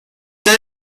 tal